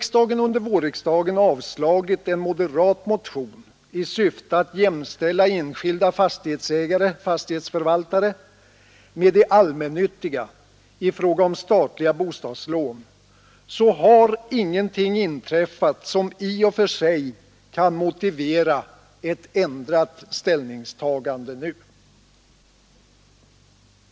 Sedan vårriksdagen avslagit en moderat motion i syfte att jämställa enskilda fastighetsägare/fastighetsförvaltare med de allmännyttiga i fråga om statliga bostadslån, har ingenting inträffat som i och för sig kan motivera ett ändrat ställningstagande nu.